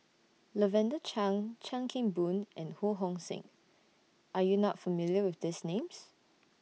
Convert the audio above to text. Lavender Chang Chan Kim Boon and Ho Hong Sing Are YOU not familiar with These Names